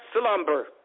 slumber